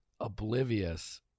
oblivious